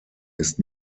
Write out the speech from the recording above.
ist